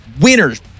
winners